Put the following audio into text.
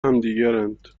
همدیگرند